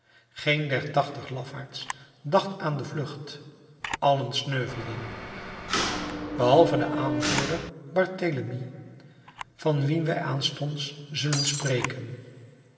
geen der tachtig lafaards dacht aan de vlucht allen sneuvelden behalve de aanvoerder barthélemy van wien wij aanstonds zullen spreken